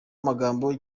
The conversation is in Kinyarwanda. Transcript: magambo